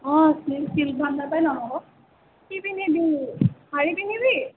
অঁ ছিল্ক ভাণ্ডাৰৰ পৰাই ল'ম আকৌ কি পিন্ধিবি শাৰী পিন্ধিবি